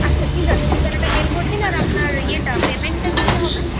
আচ্ছা ঠিক আছে ঠিকানাটা মেইল করে দিন আর আপনার ইয়ে টা পেমেন্টটা কিসে হবে